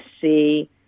see